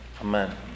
Amen